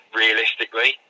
realistically